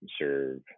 serve